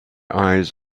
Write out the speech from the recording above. eyes